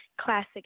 classic